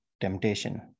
temptation